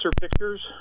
Pictures